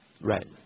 Right